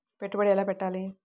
పెట్టుబడి ఎలా పెట్టాలి?